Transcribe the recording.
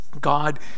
God